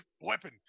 weapon